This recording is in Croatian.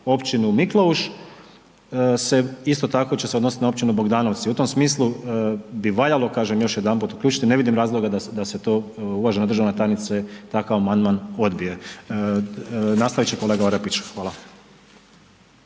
općinu Mikleuš se, isto tako će se odnosit na općinu Bogdanovci. U tom smislu bi valjalo kažem još jedanput uključiti, ne vidim razloga da se to uvažena državna tajnice takav amandman odbije. Nastavit će kolega Orepić. Hvala.